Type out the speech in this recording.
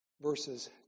verses